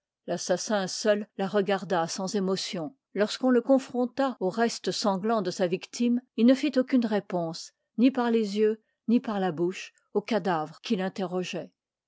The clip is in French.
l'assassin seul la regarda sans émotion lorsqu'on le confronta aux restes sanglans de sa victime il ne fit aucune réponse ni par les yeux ni par la bouche au cadavre qui l'interrogeoit